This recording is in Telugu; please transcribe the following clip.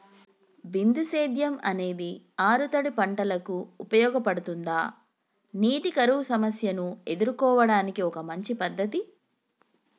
బిందు సేద్యం అనేది ఆరుతడి పంటలకు ఉపయోగపడుతుందా నీటి కరువు సమస్యను ఎదుర్కోవడానికి ఒక మంచి పద్ధతి?